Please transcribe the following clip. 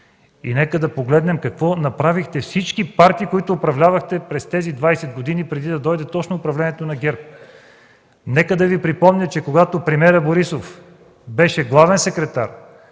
години, да погледнем какво направиха всички партии, които управляваха през тези 20 години, преди да дойде точно управлението на ГЕРБ. Нека Ви припомня, че когато премиерът Борисов беше главен секретар,